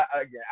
Again